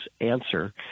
answer